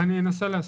אנסה להסביר.